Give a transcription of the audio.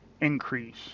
increase